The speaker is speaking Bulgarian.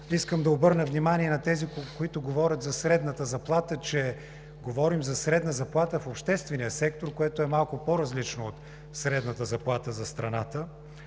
Искам да обърна внимание на тези, които говорят за средната заплата, че говорим за средна заплата в обществения сектор, което е малко по-различно от средната заплата за страната.